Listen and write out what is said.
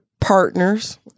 partners